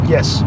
Yes